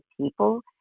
people